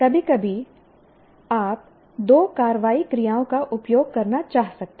कभी कभी आप दो कार्रवाई क्रियाओं का उपयोग करना चाह सकते हैं